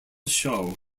show